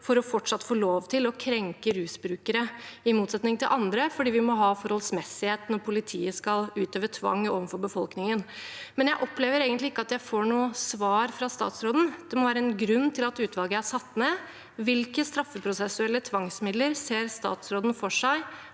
for fortsatt å få lov til å krenke rusbrukere, i motsetning til andre, fordi vi må ha forholdsmessighet når politiet skal utøve tvang overfor befolkningen. Jeg opplever egentlig ikke at jeg får noe svar fra statsråden. Det må være en grunn til at utvalget er satt ned. Hvilke straffeprosessuelle tvangsmidler ser statsråden for seg